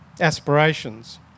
aspirations